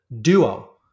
Duo